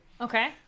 Okay